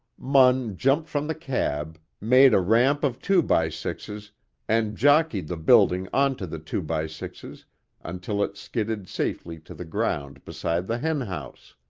munn jumped from the cab, made a ramp of two-by-sixes and jockeyed the building onto the two-by-sixes until it skidded safely to the ground beside the hen house.